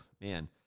man